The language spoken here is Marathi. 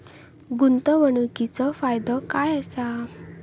गुंतवणीचो फायदो काय असा?